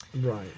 Right